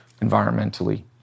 environmentally